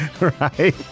Right